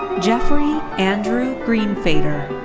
geoffrey andrew greenfader.